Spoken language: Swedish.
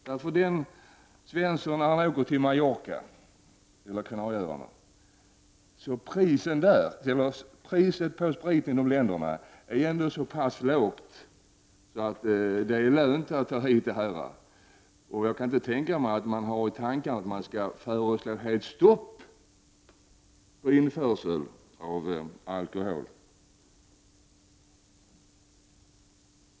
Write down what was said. När Svensson åker till Mallorca eller Kanarieöarna är priset på sprit ändå så pass lågt att det är lönt att ta hem — jag kan inte föreställa mig att man har i tankarna att föreslå ett totalt stopp för införsel av alkohol.